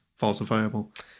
falsifiable